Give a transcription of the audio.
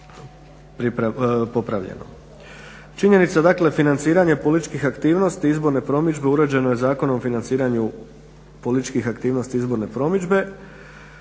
Činjenica dakle financiranje političkih aktivnosti izborne promidžbe uređeno je Zakonom o financiranju političkih aktivnosti izborne promidžbe